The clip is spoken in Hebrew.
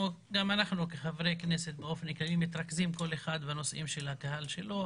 גם אנחנו כחברי כנסת באופן כללי מתרכזים כל אחד בנושאים של הקהל שלו.